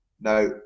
Now